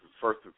first